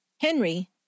Henry